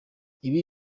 ibi